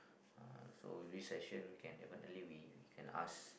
uh so with each session we can definitely we we can ask